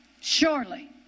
Surely